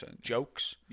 jokes